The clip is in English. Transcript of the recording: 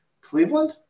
Cleveland